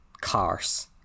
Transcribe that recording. cars